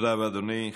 תודה רבה, אדוני.